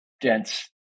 dense